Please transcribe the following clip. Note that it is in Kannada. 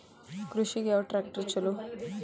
ಕೃಷಿಗ ಯಾವ ಟ್ರ್ಯಾಕ್ಟರ್ ಛಲೋ?